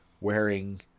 wearing